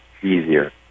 easier